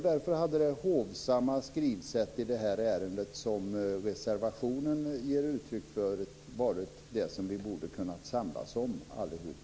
Därför borde det hovsamma skrivsätt i det här ärendet som reservationen ger uttryck för ha varit det som vi kunde ha samlats kring allihop.